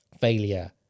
failure